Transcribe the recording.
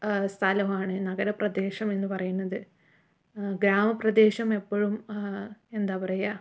സ്ഥലമാണ് നഗരപ്രദേശം എന്ന് പറയണത് ഗ്രാമപ്രദേശം എപ്പോഴും എന്താ പറയുക